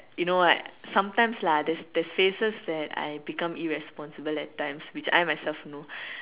you know what sometimes lah there's phases that I become irresponsible at times which I myself know